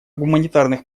гуманитарных